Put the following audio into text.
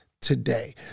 today